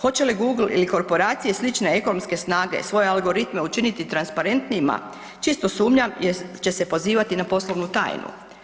Hoće li Google ili korporacije slične ekonomske snage svoje algoritme učiniti transparentnijima, čisto sumnjam jer će se pozivati na poslovnu tajnu.